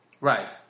Right